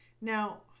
Now